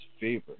favor